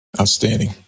outstanding